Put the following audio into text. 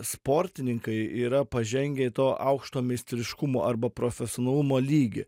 sportininkai yra pažengę į to aukšto meistriškumo arba profesionalumo lygį